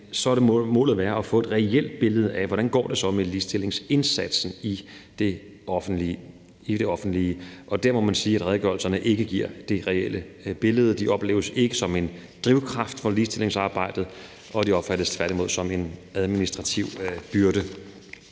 så må målet være at få et reelt billede af, hvordan det så går med ligestillingsindsatsen i det offentlige. Og der må man sige, at redegørelserne ikke giver det reelle billede. De opleves ikke som en drivkraft for ligestillingsarbejdet, og de opfattes tværtimod som en administrativ byrde.